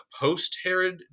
post-herod